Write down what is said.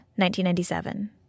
1997